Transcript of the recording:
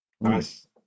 nice